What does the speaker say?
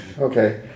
okay